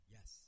Yes